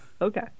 Okay